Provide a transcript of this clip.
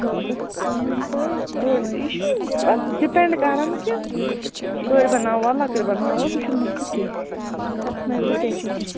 تہٕ تتھ بَنان تۄہہِ بٔڈ یہِ چھُ پَتہٕ ڈِپٮ۪نٛڈ کَران کہِ بٔڈۍ بَناووا لۅکٕٹۍ بَناوَو سُہ چھُنہٕ مَسلہٕ کیٚنٛہہ تتھ مٔہ ہیٚیِو تُہۍ ٹٮ۪نشَن کیٚنٛہہ